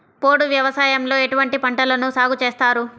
పోడు వ్యవసాయంలో ఎటువంటి పంటలను సాగుచేస్తారు?